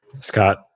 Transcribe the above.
Scott